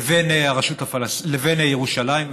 לבין הרשות הפלסטינית, לבין ירושלים.